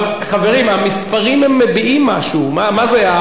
אבל, חברים, המספרים מביעים משהו, מה זה.